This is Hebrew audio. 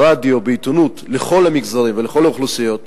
ברדיו ובעיתונות לכל המגזרים ולכל האוכלוסיות,